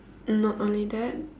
not only that